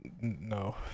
No